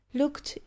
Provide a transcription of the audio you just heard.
looked